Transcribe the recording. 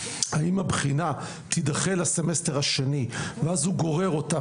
האם הבחינה תידחה לסמסטר השני ואז הוא גורר אותה,